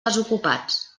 desocupats